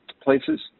places